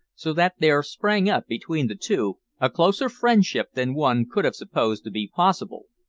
so that there sprang up between the two a closer friendship than one could have supposed to be possible,